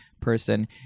person